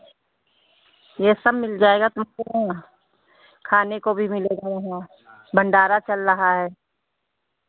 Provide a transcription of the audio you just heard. ये सब मिल जाएगा तुमको यहाँ खाने को भी मिलेगा वहाँ भण्डारा चल रहा है